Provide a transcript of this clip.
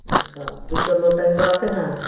अच्छा टीचर लोग टाइम पर आते हैं